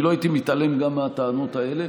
אני לא הייתי מתעלם גם מהטענות האלה,